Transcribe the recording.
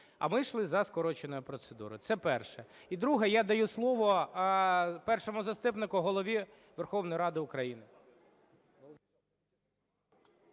А ми йшли за скороченою процедурою. Це перше. І друге. Я даю слово Першому заступнику Голови Верховної Ради України.